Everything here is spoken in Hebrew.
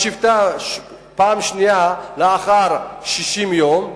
בשבתה פעם שנייה לאחר 60 יום,